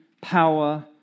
power